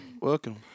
Welcome